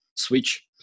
switch